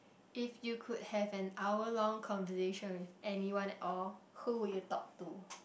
if you could have an hour long conversation with anyone at all who would you talk to